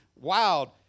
wild